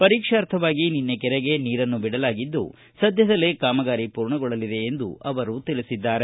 ಪರೀಕ್ಷಾರ್ಥವಾಗಿ ನಿನ್ನೆ ಕೆರೆಗೆ ನೀರನ್ನು ಬಿಡಲಾಗಿದ್ದು ಸದ್ಯದಲ್ಲೇ ಕಾಮಗಾರಿ ಪೂರ್ಣಗೊಳ್ಳಲಿದೆ ಎಂದು ತಿಳಿಸಿದ್ದಾರೆ